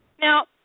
Now